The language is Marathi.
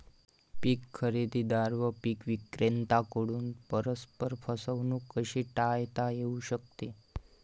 पीक खरेदीदार व पीक विक्रेत्यांकडून परस्पर फसवणूक कशी टाळता येऊ शकते?